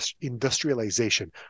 industrialization